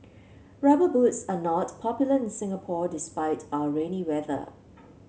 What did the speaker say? rubber boots are not popular in Singapore despite our rainy weather